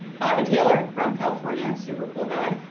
bobby tailor, from california, super cool guy.